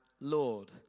Lord